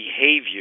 behavior